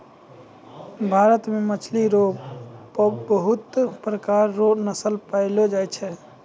भारत मे मछली रो पबहुत प्रकार रो नस्ल पैयलो जाय छै